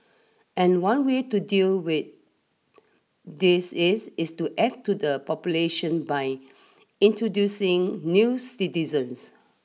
and one way to deal with this is is to add to the population by introducing new citizens